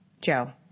Joe